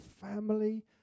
family